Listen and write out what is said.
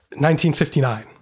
1959